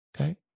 Okay